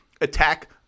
attack